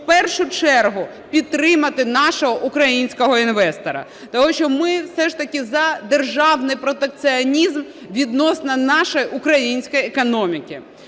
першу чергу підтримати нашого українського інвестора, тому що ми все ж таки за державний протекціонізм відносно нашої української економіки.